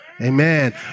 Amen